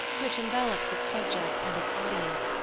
which envelops its subject and its audience,